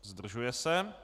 Zdržuje se.